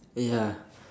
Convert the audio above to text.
ya